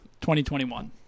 2021